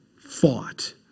Fought